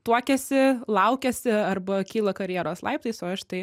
tuokiasi laukiasi arba kyla karjeros laiptais o aš tai